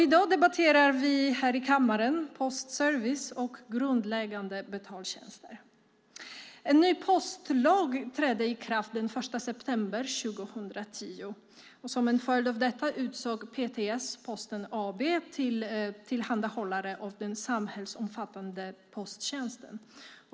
I dag debatterar vi här i kammaren postservice och grundläggande betaltjänster. En ny postlag trädde i kraft den 1 september 2010. Som en följd av detta utsåg PTS Posten AB till tillhandahållare av den samhällsomfattande posttjänsten.